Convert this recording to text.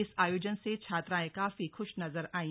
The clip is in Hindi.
इस आयोजन से छात्राएं काफी खुश नजर आयी